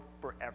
forever